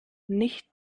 nicht